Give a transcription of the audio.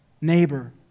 neighbor